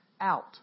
out